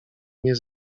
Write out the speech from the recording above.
nie